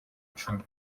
cumi